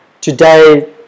today